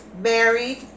married